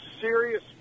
serious